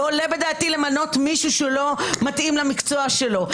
לא עולה בדעתי למנות מישהו שלא מתאים למקצוע שלו,